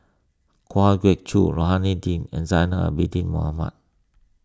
Kwa Geok Choo Rohani Din and Zainal Abidin Ahmad